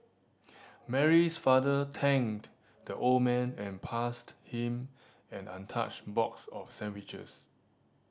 Mary's father thanked the old man and passed him an untouched box of sandwiches